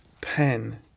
pen